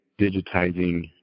digitizing